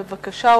בבקשה,